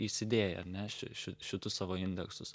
įsidėję ane ši ši šitus savo indeksus